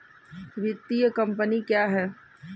वित्तीय कम्पनी क्या है?